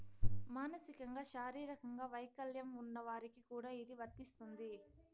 మానసికంగా శారీరకంగా వైకల్యం ఉన్న వారికి కూడా ఇది వర్తిస్తుంది